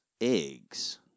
eggs